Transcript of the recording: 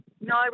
No